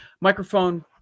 Microphone